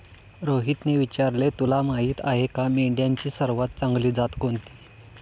रोहितने विचारले, तुला माहीत आहे का मेंढ्यांची सर्वात चांगली जात कोणती?